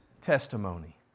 testimony